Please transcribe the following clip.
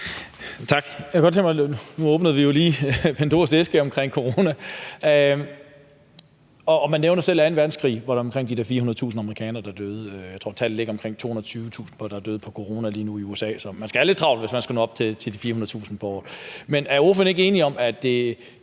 Tak. Nu åbnede vi jo lige Pandoras æske omkring corona, og man nævner selv anden verdenskrig, hvor der var omkring de der 400.000 amerikanere, der døde. Jeg tror, tallet ligger på omkring 220.000, der er døde af corona lige nu i USA, så man skal have lidt travlt, hvis man skal nå op til de 400.000. Men er ordføreren ikke enig i, at det